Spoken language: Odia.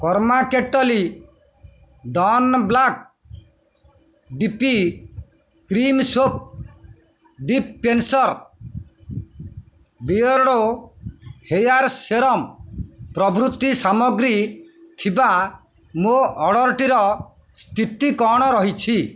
କର୍ମା kettle Don black D P cream soap dispenser Beardo hair serum ପ୍ରଭୃତି ସାମଗ୍ରୀ ଥିବା ମୋ ଅର୍ଡ଼ର୍ଟିର ସ୍ଥିତି କ'ଣ ରହିଛି